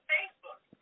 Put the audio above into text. Facebook